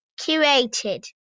curated